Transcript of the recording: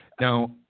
now